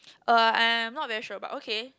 uh I'm not very sure but okay